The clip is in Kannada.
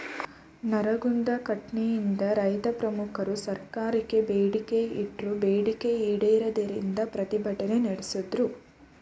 ನರಗುಂದ ಘಟ್ನೆಯಿಂದ ರೈತಮುಖಂಡ್ರು ಸರ್ಕಾರಕ್ಕೆ ಬೇಡಿಕೆ ಇಟ್ರು ಬೇಡಿಕೆ ಈಡೇರದಿಂದ ಪ್ರತಿಭಟ್ನೆ ನಡ್ಸುದ್ರು